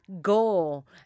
goal